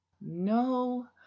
No